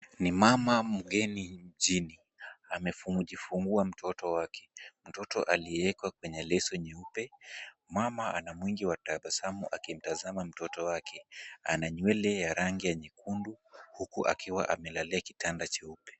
Ni mama mgeni mjini, amejifungua mtoto wake. Mtoto aliwekwa kwenye leso nyeupe. Mama ana mwingi wa tabasamu akimtazama mtoto wake. Ana nywele ya rangi ya nyekundu huku akiwa amelalia kitanda cheupe.